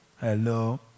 Hello